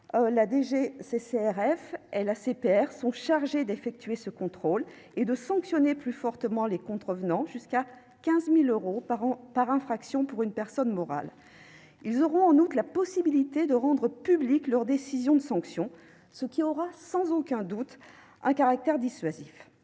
(DGCCRF) et l'ACPR sont chargées d'effectuer ce contrôle et de sanctionner plus fortement les contrevenants, l'amende pouvant aller jusqu'à 15 000 euros par infraction pour une personne morale. Elles auront, en outre, la possibilité de rendre publiques leurs décisions de sanction, ce qui aura sans aucun doute un caractère dissuasif.